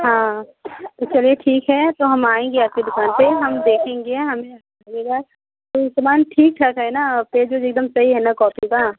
हाँ चलिए तो ठीक है हम आएँगे आपकी दुकान पर देखेंगे हमें अच्छा लगेगा सर सामान ठीक सा है ना आपके कलर सही है ना आपकी कॉपी का